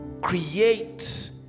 create